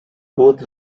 both